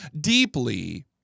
deeply